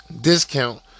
discount